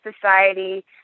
society